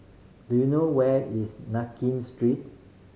do you know where is Nakin Street